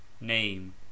name